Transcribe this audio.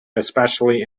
especially